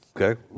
Okay